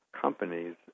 companies